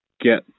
get